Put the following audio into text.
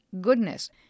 goodness